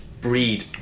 breed